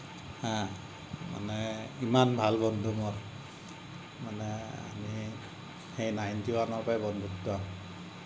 মানে ইমান ভাল বন্ধু মোৰ মানে আমি সেই নাইনটি ওৱানৰ পৰাই বন্ধুত্ব